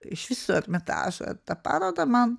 iš viso armitažą tą parodą man